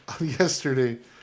yesterday